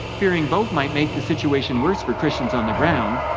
fearing both might make the situation worse for christians on the ground.